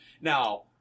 Now